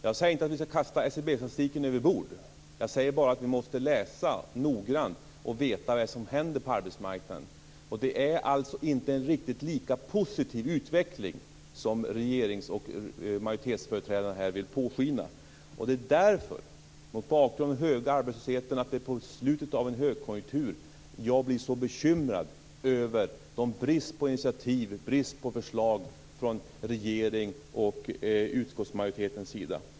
Jag säger inte att vi skall kasta SCB-statistiken överbord. Jag säger bara att vi måste läsa noggrant och veta vad som händer på arbetsmarknaden. Det är alltså inte en riktigt lika positiv utveckling som regerings och majoritetsföreträdarna här vill låta påskina. Det är mot bakgrund av den höga arbetslösheten och att vi är i slutet av en högkonjunktur jag blir så bekymrad över bristen på initiativ och förslag från regeringens och utskottsmajoritetens sida.